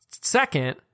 Second